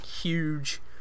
huge